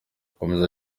akomeza